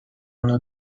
اونو